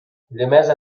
لماذا